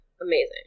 amazing